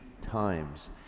times